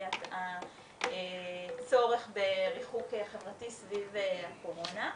לסוגיית הצורך בריחוק חברתי סביב הקורונה.